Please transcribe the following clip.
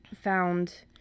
found